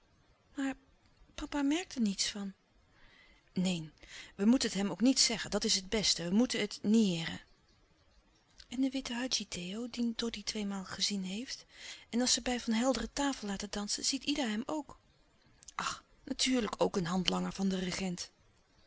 maar papa merkt er niets van neen we moeten het hem ook niet zeggen dat is het beste we moeten het niëeren en de witte hadji theo dien doddy tweelouis couperus de stille kracht maal gezien heeft en als ze bij van helderen tafel laten dansen ziet ida hem ook ach natuurlijk ook een handlanger van den regent